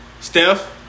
Steph